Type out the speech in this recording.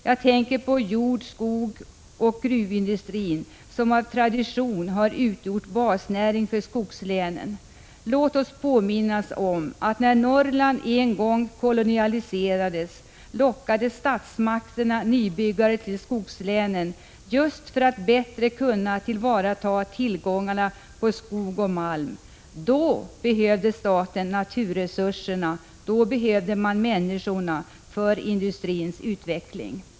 Jag tänker på jord-, skogoch gruvindustrin, som av tradition har utgjort basnäring för skogslänen. Låt oss komma ihåg att när Norrland en gång kolonialiserades lockade statsmakterna nybyggare till skogslänen just för att bättre kunna tillvarata tillgångarna på skog och malm. Då behövde staten naturresurserna. Då behövde man människorna för industrins utveckling.